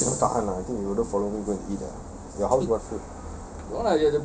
!wah! smells so good lah I cannot tahan ah I think you also follow me go eat ah your house what food